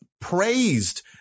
praised